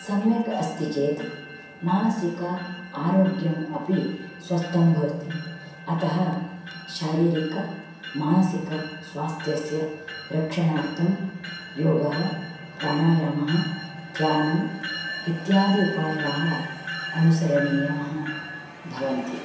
सम्यक् अस्ति चेत् मानसिक आरोग्यम् अपि स्वस्थं भवति अतः शारीरकमानसिकस्वास्थ्यस्य रक्षणार्थं योगः प्राणायामः ध्यानम् इत्यादि उपायाः अनुसरणीयाः भवन्ति